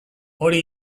hori